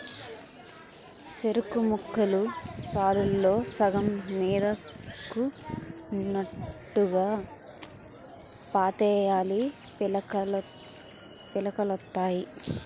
సెరుకుముక్కలు సాలుల్లో సగం మీదకున్నోట్టుగా పాతేయాలీ పిలకలొత్తాయి